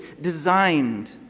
designed